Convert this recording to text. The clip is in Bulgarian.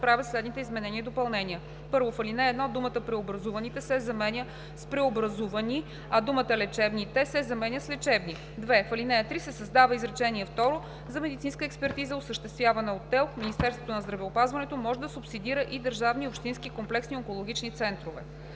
правят следните изменения и допълнения: 1. В ал. 1 думата „преобразуваните“ се заменя с „преобразувани“, а думата „лечебните“ се заменя с „лечебни“. 2. В ал. 3 се създава изречение второ: „За медицинска експертиза, осъществявана от ТЕЛК, Министерството на здравеопазването може да субсидира и държавни и общински комплексни онкологични центрове.“